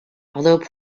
although